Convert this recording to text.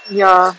ya